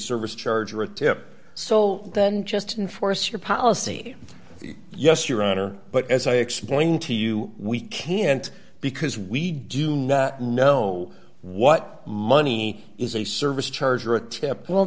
service charge or a tip or so then just and force your policy yes your honor but as i explained to you we can't because we do not know what money is a service charge or a tip well